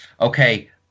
Okay